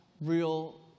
real